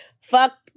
fuck